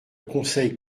conseil